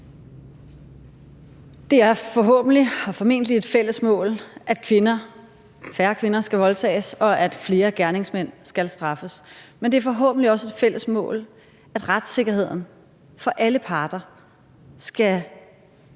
Det er forhåbentlig og formentlig et fælles mål, at færre kvinder skal voldtages, og at flere gerningsmænd skal straffes. Men det er forhåbentlig også et fælles mål, at retssikkerheden for alle parter skal